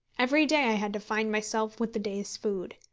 every day i had to find myself with the day's food.